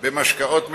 במשקאות משכרים,